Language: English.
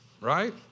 right